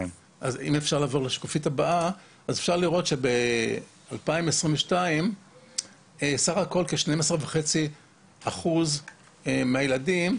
אפשר לראות שב-2022 סך הכול כ-12.5 אחוזים מהילדים,